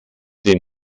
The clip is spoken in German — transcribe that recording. den